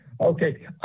Okay